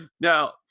now